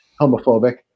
homophobic